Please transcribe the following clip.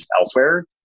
elsewhere